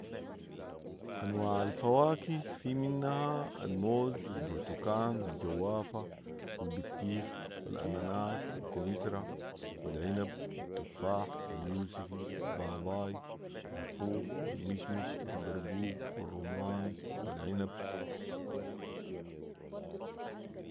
انواع الفواكه في منها الموز و البرتكان والجوافه والبطيخ والانناس والكمثري والعنب والتفاح واليوسفي و الباباي والخوخ والمشمش والبرقوق والرمان و العنب